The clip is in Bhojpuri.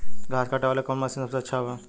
घास काटे वाला कौन मशीन सबसे अच्छा बा?